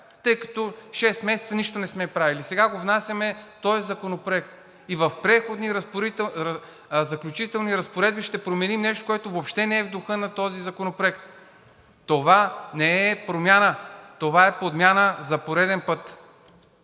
тъй като шест месеца нищо не сме правили. Сега го внасяме този законопроект и в Преходните и заключителните разпоредби ще променим нещо, което въобще не е в духа на този законопроект.“ Това не е промяна, това е подмяна за пореден път!